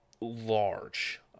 large